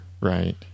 Right